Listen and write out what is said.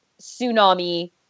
tsunami